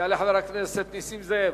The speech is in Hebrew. יעלה חבר הכנסת נסים זאב,